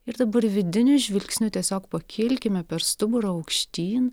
ir dabar vidiniu žvilgsniu tiesiog pakilkime per stuburą aukštyn